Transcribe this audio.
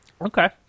okay